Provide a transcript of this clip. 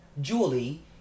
Julie